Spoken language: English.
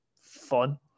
fun